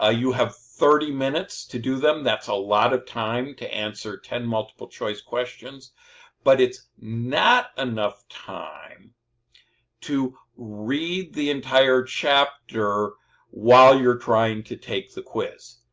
ah you have thirty minutes to do them that's a lot of time to answer ten multiple-choice questions but it's not enough time to read the entire chapter while you're trying to take the quiz.